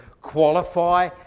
qualify